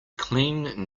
clean